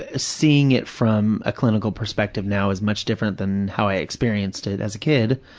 ah seeing it from a clinical perspective now is much different than how i experienced it as a kid,